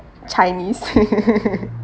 chinese